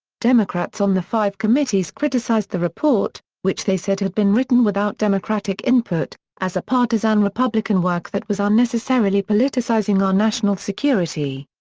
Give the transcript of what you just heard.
democrats on the five committees criticized the report, which they said had been written without democratic input, as a partisan republican work that was unnecessarily politicizing our national security.